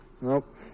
Nope